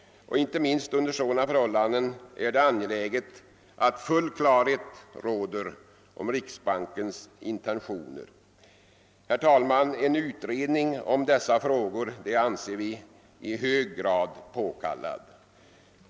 Inte minst under sådana förhållanden är det av vikt att full klarhet råder om riksbankens intentioner. En utredning om dessa frågor anser vi i hög grad påkallad. Herr talman!